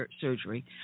surgery